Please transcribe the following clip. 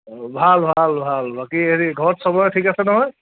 ভাল ভাল ভাল বাকী হেৰি ঘৰত চবৰে ঠিক আছে নহয়